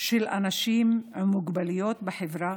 של אנשים עם מוגבלויות בחברה,